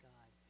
God